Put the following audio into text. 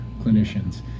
clinicians